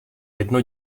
jedno